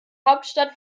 hauptstadt